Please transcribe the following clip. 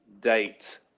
date